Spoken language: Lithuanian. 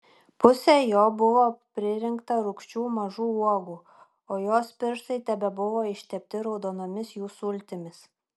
pusė jo buvo pririnkta rūgščių mažų uogų o jos pirštai tebebuvo ištepti raudonomis jų sultimis